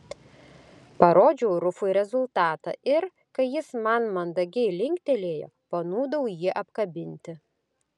parodžiau rufui rezultatą ir kai jis man mandagiai linktelėjo panūdau jį apkabinti